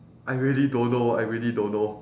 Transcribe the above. I really don't know I really don't know